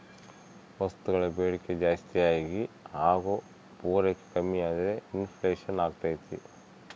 ವಸ್ತುಗಳ ಬೇಡಿಕೆ ಜಾಸ್ತಿಯಾಗಿ ಹಾಗು ಪೂರೈಕೆ ಕಮ್ಮಿಯಾದ್ರೆ ಇನ್ ಫ್ಲೇಷನ್ ಅಗ್ತೈತೆ